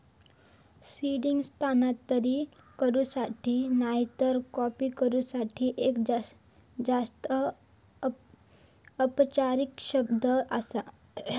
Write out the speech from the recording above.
seeding स्थानांतरित करूच्यासाठी नायतर कॉपी करूच्यासाठी एक जास्त औपचारिक शब्द आसा